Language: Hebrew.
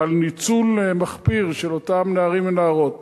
על ניצול מחפיר של אותם נערים ונערות.